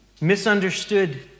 Misunderstood